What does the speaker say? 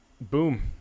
Boom